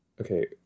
Okay